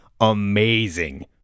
amazing